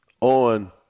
on